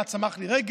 מה, צמחה לי רגל?